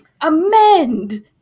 amend